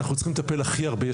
אנחנו צריכים לטפל הכי הרבה.